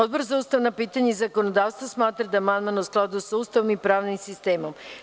Odbor za ustavna pitanja i zakonodavstvo smatra da je amandman u skladu sa Ustavom i pravnim sistemom.